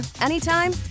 anytime